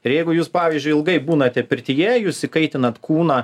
ir jeigu jūs pavyzdžiui ilgai būnate pirtyje jūs įkaitinat kūną